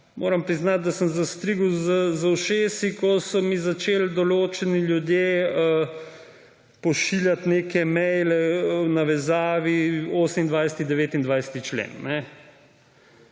moram priznati, da sem zastrigel z ušesi, ko so mi začeli določeni ljudje pošiljati neke maile v povezavi z 28., 29. členom.